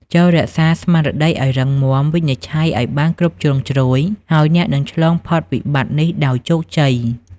ចូររក្សាស្មារតីឱ្យរឹងមាំ វិនិច្ឆ័យឱ្យបានគ្រប់ជ្រុងជ្រោយ ហើយអ្នកនឹងឆ្លងផុតវិបត្តិនេះដោយជោគជ័យ។